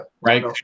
Right